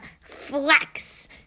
Flex